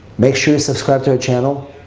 make sure you subscribe to our channel.